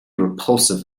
repulsive